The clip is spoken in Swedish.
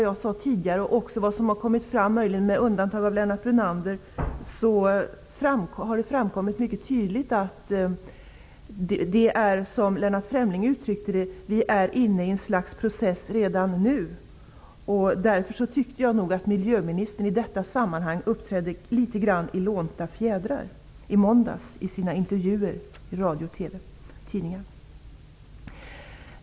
Här har alla -- möjligen med undantag för Lennart Brunander -- mycket tydligt sagt att vi, som Lennart Fremling uttryckte det, redan nu är inne i ett slags process. Därför tyckte jag också att miljöministern i viss mån uppträdde i lånta fjädrar i intervjuerna i radio, TV och tidningar i måndags.